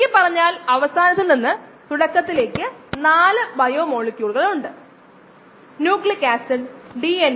നമുക്ക് ഒരു agar plate ഉണ്ടെന്നതാണ് പ്ലേറ്റിംഗ് തത്വം ഒരു സോളിഡ് മീഡിയം അഗർ അതിൽ അഗർ അടങ്ങിയിരിക്കുന്നു